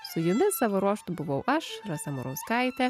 su jumis savo ruožtu buvau aš rasa murauskaitė